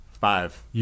Five